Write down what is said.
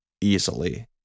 easily